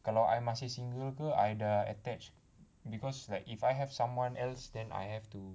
kalau I masih single ke I dah attached because like if I have someone else then I have to